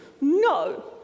No